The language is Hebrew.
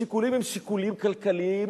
השיקולים הם שיקולים כלכליים,